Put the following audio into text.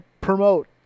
promote